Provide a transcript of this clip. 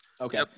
Okay